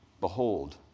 behold